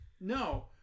no